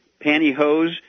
pantyhose